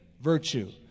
virtue